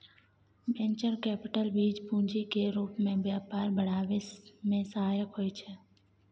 venture capital बीज पूंजी केर रूप मे व्यापार बढ़ाबै मे सहायक होइ छै